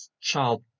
child